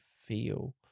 feel